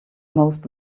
most